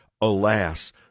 alas